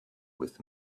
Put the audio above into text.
with